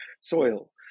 soil